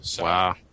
Wow